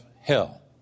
hell